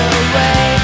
away